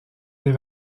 des